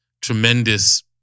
tremendous